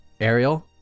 Ariel